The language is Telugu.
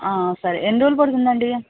సరే ఎన్ని రోజులు పడుతుందండి